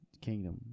Kingdom